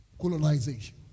Colonization